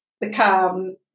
become